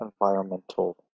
environmental